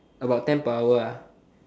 about ten per hour ah